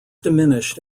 diminished